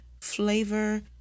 flavor